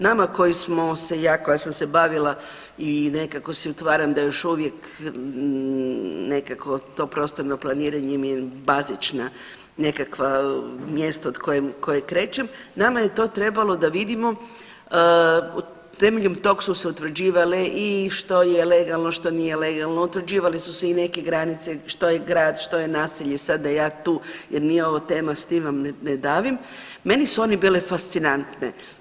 Nama koji smo se, ja koja sam se bavila i nekako si utvaram da još uvijek nekako to prostorno planiranje mi je bazična nekakva mjesto kojim krećem, nama je to trebalo da vidimo temeljem tog su se utvrđivale i što je legalno, što nije legalno, utvrđivale su se i neke granice, što je grad, što je naselje sad da ja tu jer nije ovo tema s tim vas ne davim, meni su one bile fascinantne.